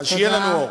אז שיהיה לנו אור.